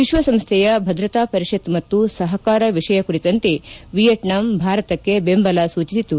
ವಿಶ್ವಸಂಸ್ಥೆಯ ಭದ್ರತಾ ಪರಿಷತ್ ಮತ್ತು ಸಹಕಾರ ವಿಷಯ ಕುರಿತಂತೆ ವಿಯೆಟ್ನಾಂ ಭಾರತಕ್ಕೆ ಬೆಂಬಲ ಸೂಚಿಸಿತು